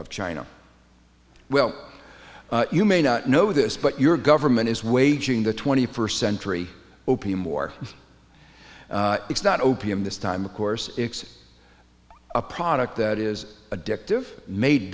china well you may not know this but your government is waging the twenty first century opium war it's not opium this time of course it's a product that is addictive made